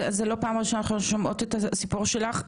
זאת לא הפעם הראשונה שאנחנו שומעות את הסיפור שלך.